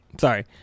Sorry